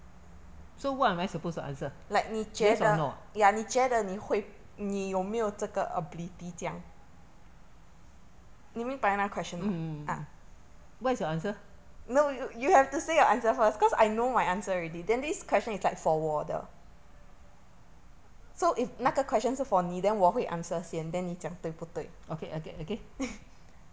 so what am I supposed to answer yes or no ah mm mm mm what is your answer okay again again